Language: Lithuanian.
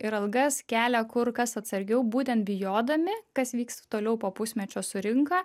ir algas kelia kur kas atsargiau būtent bijodami kas vyks toliau po pusmečio su rinka